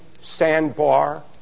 sandbar